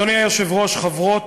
אדוני היושב-ראש, חברות